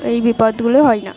এই বিপদগুলো হয় না